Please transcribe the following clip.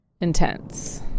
intense